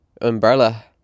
umbrella